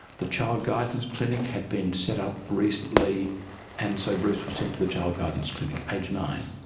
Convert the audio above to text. the child guidance clinic had been set up recently and so bruce was sent to the child guidance clinic, age nine.